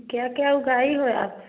क्या क्या उगाई हो आप